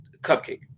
cupcake